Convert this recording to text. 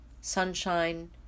sunshine